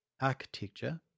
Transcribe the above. Architecture